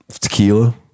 tequila